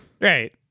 Right